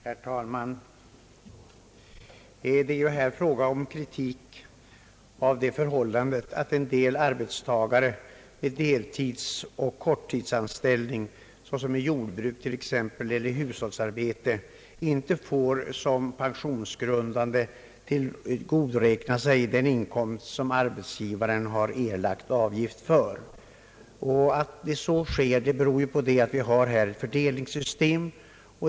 Herr talman! Det är här fråga om kritik av det förhållandet att en del arbetstagare i deltidsoch korttidsanställning, såsom i jordbruk eller hushållsarbete, inte får som pensionsgrundande tillgodoräkna sig den inkomst arbetsgivaren erlagt avgift för. Att så sker beror på att vi har ett fördelningssystem.